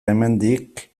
hemendik